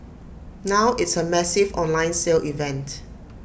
now it's A massive online sale event